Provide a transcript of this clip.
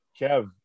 Kev